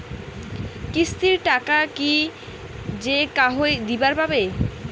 কিস্তির টাকা কি যেকাহো দিবার পাবে?